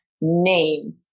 name